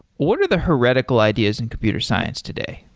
what are the heretical ideas in computer science today?